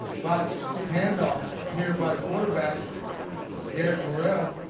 botched handoff here by the quarterback garret morrell.